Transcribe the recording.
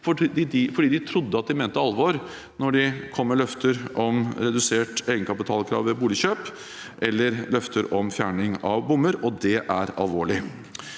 fordi de trodde at de mente alvor når de kom med løfter om redusert egenkapitalkrav ved boligkjøp eller løfter om fjerning av bommer. Det er alvorlig.